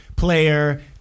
Player